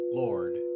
lord